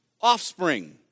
offspring